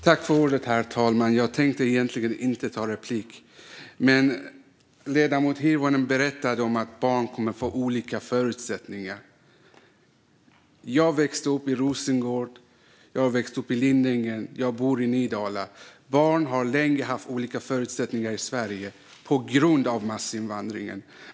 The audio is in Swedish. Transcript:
Herr talman! Jag tänkte egentligen inte begära replik, men ledamoten Hirvonen berättade om att barn kommer att få olika förutsättningar. Jag växte upp i Rosengård och Lindängen, och jag bor i Nydala. Barn har länge haft olika förutsättningar i Sverige på grund av massinvandringen.